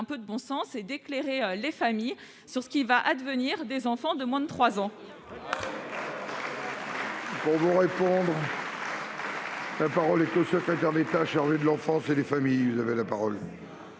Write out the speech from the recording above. peu de bon sens et éclairer les familles sur ce qui va advenir des enfants de moins de 3 ans